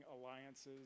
alliances